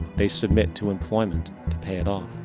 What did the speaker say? they submit to employment to pay it off.